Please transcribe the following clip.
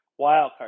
wildcard